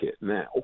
now